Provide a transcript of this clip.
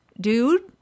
dude –